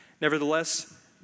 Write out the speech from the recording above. Nevertheless